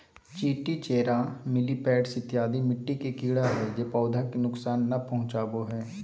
चींटी, चेरा, मिलिपैड्स इत्यादि मिट्टी के कीड़ा हय जे पौधा के नुकसान नय पहुंचाबो हय